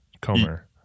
Comer